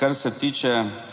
kar se tiče